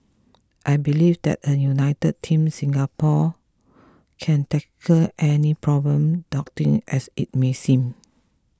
I believe that a united Team Singapore can tackle any problem as it may seem